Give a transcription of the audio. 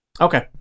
Okay